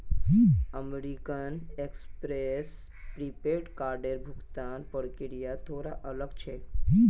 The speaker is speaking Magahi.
अमेरिकन एक्सप्रेस प्रीपेड कार्डेर भुगतान प्रक्रिया थोरा अलग छेक